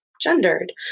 gendered